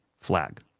flag